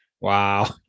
Wow